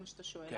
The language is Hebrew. כן.